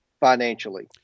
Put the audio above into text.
financially